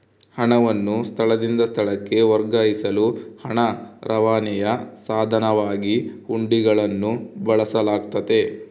ಹಣವನ್ನು ಸ್ಥಳದಿಂದ ಸ್ಥಳಕ್ಕೆ ವರ್ಗಾಯಿಸಲು ಹಣ ರವಾನೆಯ ಸಾಧನವಾಗಿ ಹುಂಡಿಗಳನ್ನು ಬಳಸಲಾಗ್ತತೆ